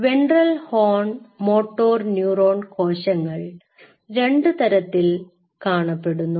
ventral horn motor neuron കോശങ്ങൾ രണ്ടു തരത്തിൽ കാണപ്പെടുന്നു